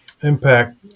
impact